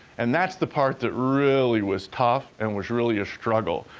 and that's the part that really was tough and was really a struggle.